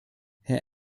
herr